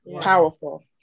powerful